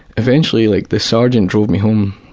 eventually like the sergeant drove me home.